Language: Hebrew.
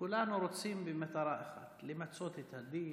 כולנו רוצים במטרה אחת: למצות את הדין,